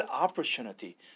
opportunity